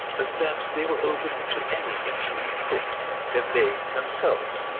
as that they were open to any intruding foot that they, themselves,